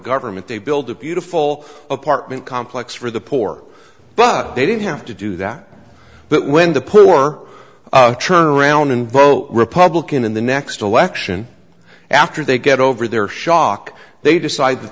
government they build a beautiful apartment complex for the poor but they didn't have to do that but when the poor turn around and vote republican in the next election after they get over their shock they decide that